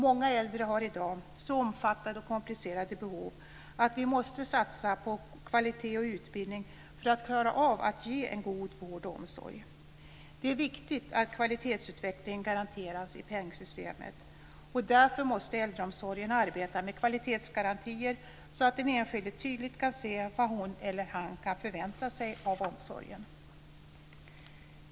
Många äldre har i dag så omfattande och komplicerade behov att vi måste satsa på kvalitet och utbildning för att klara av att ge en god vård och omsorg. Det är viktigt att kvalitetsutvecklingen garanteras i pengsystemet. Därför måste äldreomsorgen arbeta med kvalitetsgarantier, så att den enskilde tydligt kan se vad hon eller han kan förvänta sig av omsorgen.